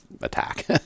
attack